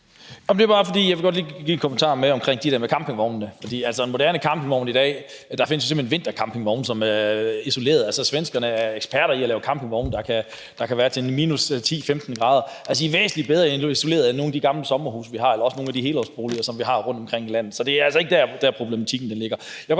Der er moderne campingvogne i dag. Der findes simpelt hen vintercampingvogne, som er isoleret. Svenskerne er eksperter i at lave campingvogne, så der kan være minus 10-15 grader. De er væsentlig bedre isoleret end nogle af de gamle sommerhuse, vi har, eller også nogle af de helårsboliger, som vi har rundtomkring i landet. Så det er altså ikke der, problematikken ligger.